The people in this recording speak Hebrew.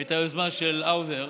את העמדה של האוזר,